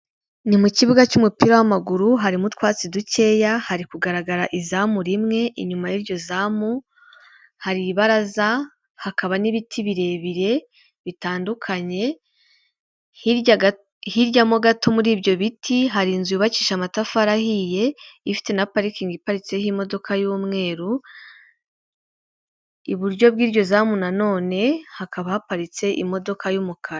Ni mu kibuga cy'umupira w'amaguru harimo utwatsi dukeya. Hari kugaragara izamu rimwe. Inyuma y'iryo zamu hari ibaraza, hakaba n'ibiti birebire bitandukanye. Hirya mo gato muri ibyo biti hari inzu yubakishije amatafari ahiye, ifite na parikingi iparitseho imodoka y'umweru. Iburyo bw'iryo zamu nanone hakaba haparitse imodoka y'umukara.